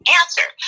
answer